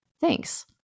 thanks